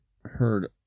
heard